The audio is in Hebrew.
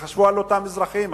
תחשבו על אותם אזרחים.